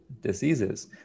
diseases